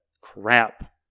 crap